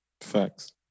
Facts